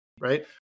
right